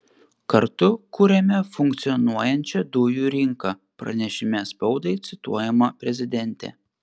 kartu kuriame funkcionuojančią dujų rinką pranešime spaudai cituojama prezidentė